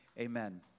Amen